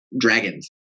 dragons